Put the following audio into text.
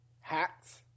hats